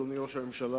אדוני ראש הממשלה,